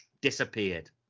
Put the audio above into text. disappeared